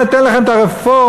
ניתן לכם את הרפורמה,